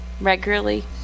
regularly